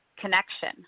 connection